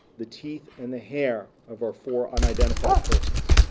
the teeth, and the hair of our four unidentified persons.